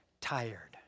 tired